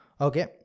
Okay